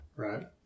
Right